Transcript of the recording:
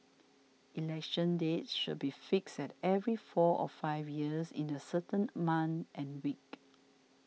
election dates should be fixed at every four or five years in a certain month and week